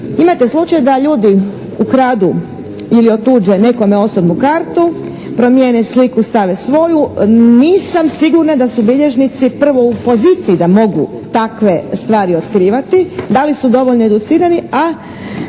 Imate slučaj da ljudi ukradu ili otuđe nekome osobnu kartu, promijene sliku, stave svoju, nisam sigurna da su bilježnici prvo u poziciji da mogu takve stvari otkrivati, da li su dovoljno educirani a